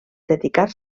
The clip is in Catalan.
dedicar